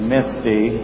Misty